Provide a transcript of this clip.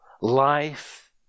life